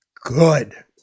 good